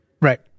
Right